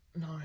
No